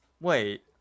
wait